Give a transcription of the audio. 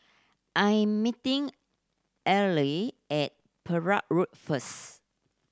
I am meeting Earle at Perak Road first